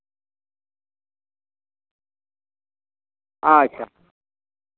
ᱟᱪᱪᱷᱟ